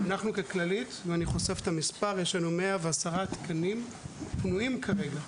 לנו בכללית יש 110 תקנים פנויים כרגע,